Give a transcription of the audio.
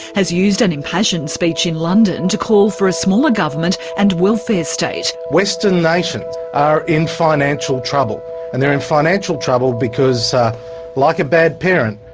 has used an impassioned speech in london to call for a smaller government and welfare state. western nations are in financial trouble and they are in financial trouble because like a bad parent,